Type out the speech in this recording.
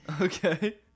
Okay